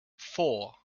four